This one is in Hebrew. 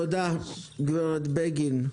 תודה, גברת בגין.